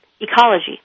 ecology